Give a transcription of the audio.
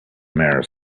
mars